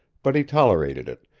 but he tolerated it,